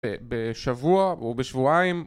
בשבוע או בשבועיים